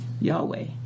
Yahweh